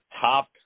top